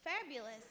fabulous